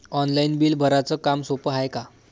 Online bill भराच काम सोपं हाय का?